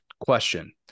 Question